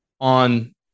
on